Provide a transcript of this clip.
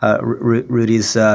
Rudy's